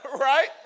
Right